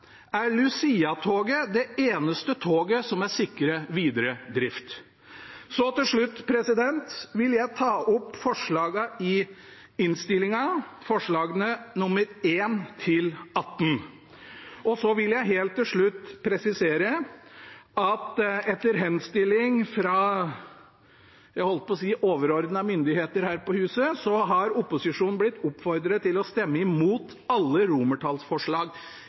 er Lucia-toget det eneste toget som er sikret videre drift. Så til slutt vil jeg ta opp forslagene nr. 1–18 i innstillingen. Jeg vil helt til slutt presisere at etter henstilling fra overordnede myndigheter, holdt jeg på å si, her på huset, har opposisjonen blitt oppfordret til å stemme imot alle